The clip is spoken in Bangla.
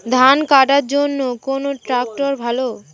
ধান কাটার জন্য কোন ট্রাক্টর ভালো?